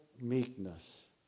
meekness